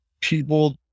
people